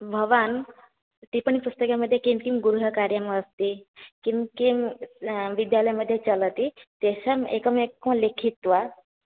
भवान् टिप्पणीपुस्तिका मध्ये किं किं गृहकार्यमस्ति किं किं विद्यालयमध्ये चलति तेषाम् एकं एकं लिखित्वा